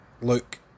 look